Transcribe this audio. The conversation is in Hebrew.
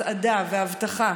הסעדה ואבטחה.